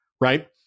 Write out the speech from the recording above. right